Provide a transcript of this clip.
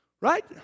Right